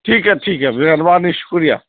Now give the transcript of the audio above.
ٹھیک ہے ٹھیک ہے مہربانی شکریہ